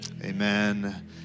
Amen